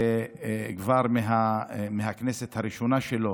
וכבר מהכנסת הראשונה שלו